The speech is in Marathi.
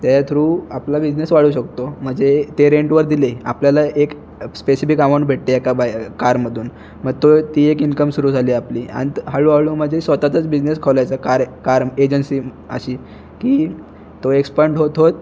त्याच्या थ्रू आपला बिजनेस वाढू शकतो म्हणजे ते रेंटवर दिले आपल्याला एक स्पेसिफिक अमाऊंट भेटते एका बाय कारमधून मग तो ती एक इन्कम सुरू झाली आपली आणि तर हळूहळू म्हणजे स्वतःचाच बिजनेस खोलायचा कार आहे कार एजन्सी अशी की तो एक्सपान्ड होत होत